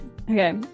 Okay